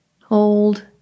hold